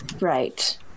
Right